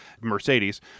Mercedes –